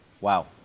Wow